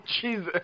Jesus